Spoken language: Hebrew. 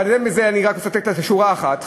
אני מצטט רק שורה אחת,